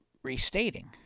Restating